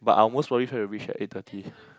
but I'll most probably try to reach at eight thirty